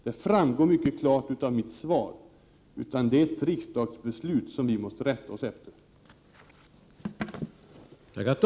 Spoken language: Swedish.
Det framgår mycket klart av mitt svar, utan det är ett riksdagsbeslut som vi måste rätta oss efter som ligger bakom denna höjning.